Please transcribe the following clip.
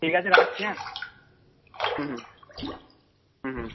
ঠিক আছে রাখছি হ্যাঁ হুম হুম হুম হুম